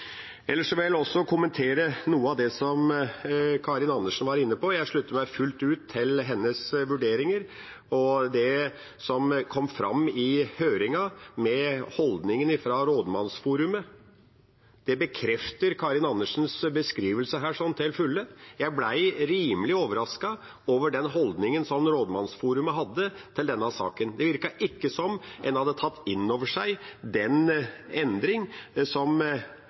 Ellers vil jeg også kommentere noe av det representanten Karin Andersen var inne på. Jeg slutter meg fullt ut til hennes vurderinger. Det som kom fram i høringen med tanke på holdningen fra Norsk Rådmannsforum, bekrefter Karin Andersens beskrivelse til fulle. Jeg ble rimelig overrasket over den holdningen Norsk Rådmannsforum hadde til denne saken. Det virket ikke som en hadde tatt inn over seg den endringen som